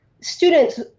students